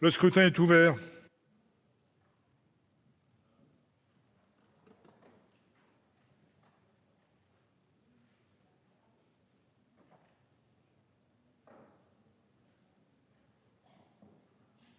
Le scrutin est ouvert.